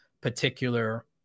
particular